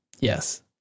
yes